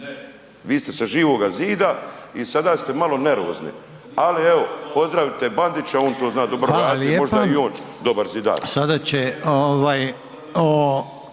ste sa Živoga zida i sada ste malo nervozni, ali evo pozdravite Bandića, on to zna dobro radit …/Upadica: